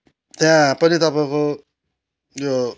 त्यहाँ पनि तपाईँको यो